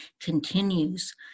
continues